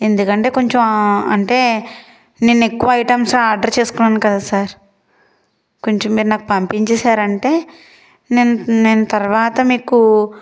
ఎందుకంటే కొంచెం అంటే నేను ఎక్కువ ఐటమ్స్ ఆర్డర్ చేసుకోను కద సార్ కొంచెం మీరు నాకు పంపించేశారంటే నేను నేను తర్వాత మీకు